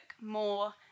more